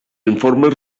informes